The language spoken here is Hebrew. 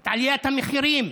את עליית המחירים.